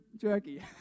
jerky